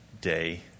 day